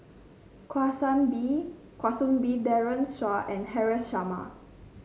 Kwa Soon Bee Daren Shiau and Haresh Sharma